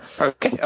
Okay